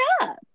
up